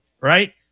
right